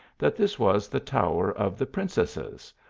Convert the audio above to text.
that this was the tower of the princesses,